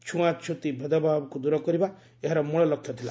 ଛୁଆଁଛୁତି ଭେଦଭାବକୁ ଦୂର କରିବା ଏହାରମୂଳ ଲକ୍ଷ୍ୟ ଥିଲା